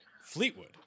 fleetwood